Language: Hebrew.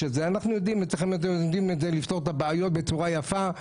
אנחנו יודעים לפתור את הבעיות בצורה יפה.